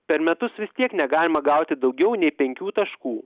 per metus vis tiek negalima gauti daugiau nei penkių taškų